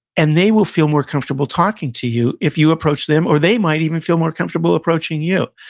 and they will feel more comfortable talking to you, if you approach them, or they might even feel more comfortable approaching you.